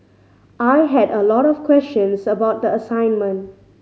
I had a lot of questions about the assignment